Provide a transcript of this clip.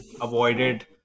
avoided